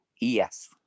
Yes